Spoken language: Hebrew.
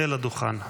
9 יוראי להב הרצנו (יש עתיד):